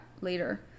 later